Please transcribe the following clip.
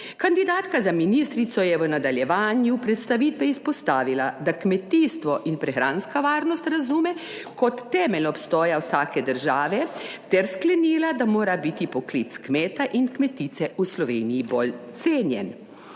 Kandidatka za ministrico je v nadaljevanju predstavitve izpostavila, da kmetijstvo in prehranska varnost razume kot temelj obstoja vsake države, ter sklenila, da mora biti poklic kmeta in kmetice v Sloveniji bolj cenjen.